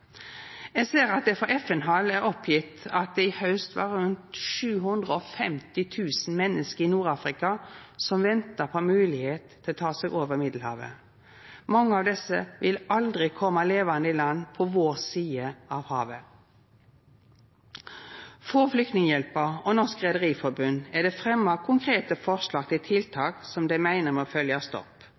Eg ser at det frå FN-hald er oppgitt at det i haust var rundt 750 000 menneske i Nord-Afrika som venta på ei moglegheit til å ta seg over Middelhavet. Mange av desse vil aldri koma levande i land på vår side av havet. Frå Flyktninghjelpen og Norges Rederiforbund er det fremja konkrete forslag til tiltak som dei meiner må følgjast opp,